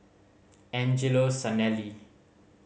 Angelo Sanelli